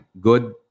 good